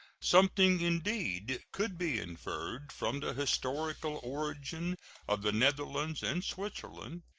something, indeed, could be inferred from the historical origin of the netherlands and switzerland.